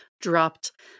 dropped